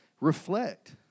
Reflect